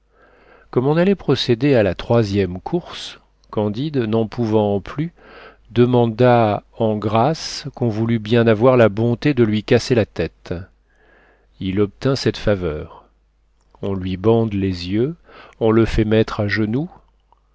comme on allait procéder à la troisième course candide n'en pouvant plus demanda en grâce qu'on voulût bien avoir la bonté de lui casser la tête il obtint cette faveur on lui bande les yeux on le fait mettre à genoux